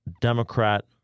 Democrat